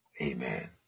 Amen